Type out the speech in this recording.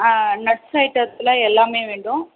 nuts ஐட்டத்தில் எல்லாமே வேண்டும்